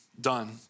done